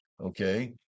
okay